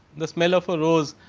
the smell of a rose,